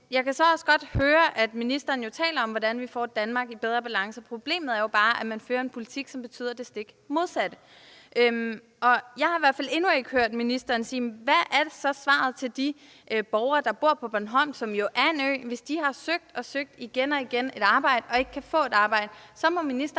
jeg kan så også godt høre, at ministeren jo taler om, hvordan vi får et Danmark i bedre balance. Problemet er jo bare, at man fører en politik, som betyder det stik modsatte. Jeg har i hvert fald endnu ikke hørt ministeren sige, hvad svaret så er til de borgere, der bor på Bornholm, som jo er en ø. Hvis de har søgt og søgt arbejde og ikke kan få et arbejde,